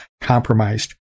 compromised